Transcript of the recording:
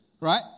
right